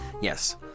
Yes